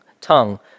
Tongue